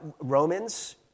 Romans